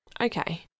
Okay